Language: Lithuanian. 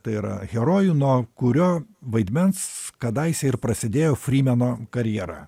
tai yra herojų nuo kurio vaidmens kadaise ir prasidėjo frymeno karjera